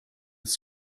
das